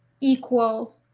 equal